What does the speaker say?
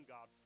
God